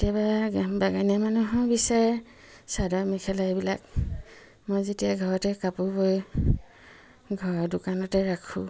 কেতিয়াবা বাগানীয়া মানুহেও বিচাৰে চাদৰ মেখেলা এইবিলাক মই যেতিয়া ঘৰতে কাপোৰ বৈ ঘৰৰ দোকানতে ৰাখোঁ